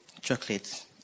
chocolate